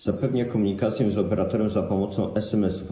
Zapewnia ona komunikacje z operatorem za pomocą SMS-ów.